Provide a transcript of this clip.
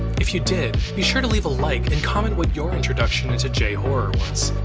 if you did, be sure to leave a like and comment what your introduction into j-horror was.